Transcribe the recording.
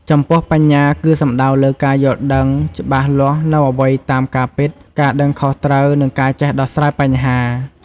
ចំពោះបញ្ញាគឺសំដៅលើការយល់ដឹងច្បាស់លាស់នូវអ្វីៗតាមការពិត ការដឹងខុសត្រូវ និងការចេះដោះស្រាយបញ្ហា។